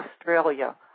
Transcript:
Australia